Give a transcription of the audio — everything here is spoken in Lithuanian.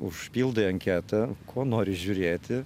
užpildai anketą ko nori žiūrėti